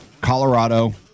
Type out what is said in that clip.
Colorado